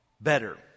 better